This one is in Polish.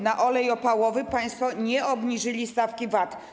Na olej opałowy państwo nie obniżyli stawki VAT.